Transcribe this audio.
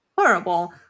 horrible